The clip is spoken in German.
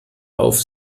auf